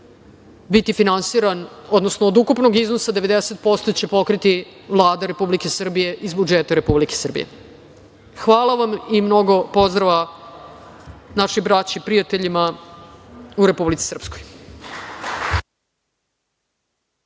biti finansiran, odnosno od ukupnog iznosa 90% će pokriti Vlada Republike Srbije iz budžeta Republike Srbije. Hvala vam i mnogo pozdrava našoj braći, prijateljima u Republici Srpskoj.